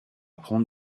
prendre